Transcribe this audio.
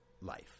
life